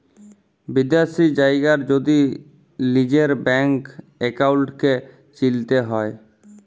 বিদ্যাশি জায়গার যদি লিজের ব্যাংক একাউল্টকে চিলতে হ্যয়